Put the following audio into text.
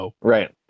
right